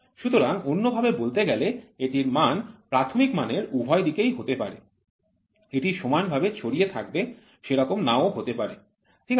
সুতরাং অন্য ভাবে বলতে গেলে এটির মান প্রাথমিক মানের উভয় দিকেই হতে পারে এটি সমানভাবে ছড়িয়ে থাকবে সেরকম নাও হতে পারে ঠিক আছে